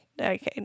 Okay